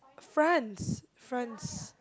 France France